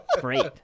great